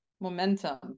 momentum